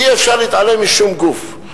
אי-אפשר להתעלם משום גוף.